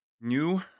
new